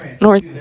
north